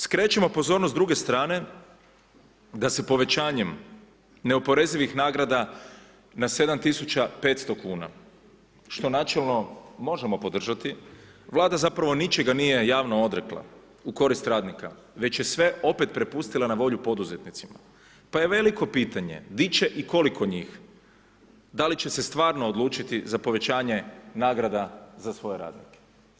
Skrećemo pozornost s druge strane da se povećanjem neoporezivih nagrada na 7.500 kuna, što načelno možemo podržati Vlada zapravo ničega nije javno odrekla u korist radnika već je sve opet prepustila na volju poduzetnicima pa je veliko pitanje di će i koliko njih, da li će se stvarno odlučiti za povećanje nagrada za svoje radnike.